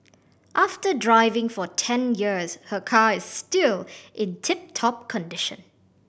after driving for ten years her car is still in tip top condition